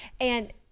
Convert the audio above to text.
And-